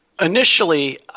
Initially